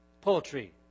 Poultry